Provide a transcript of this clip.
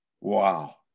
Wow